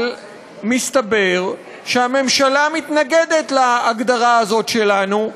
אבל מסתבר שהממשלה מתנגדת להגדרה הזאת, שלנו,